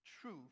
truth